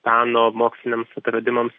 peno moksliniams atradimams